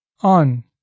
On